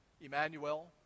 Emmanuel